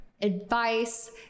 advice